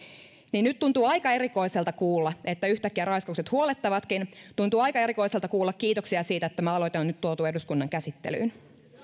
nyt tuntuu aika erikoiselta kuulla että yhtäkkiä raiskaukset huolettavatkin tuntuu aika erikoiselta kuulla kiitoksia siitä että tämä aloite on nyt tuotu eduskunnan käsittelyyn